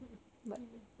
mm mm but